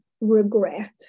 regret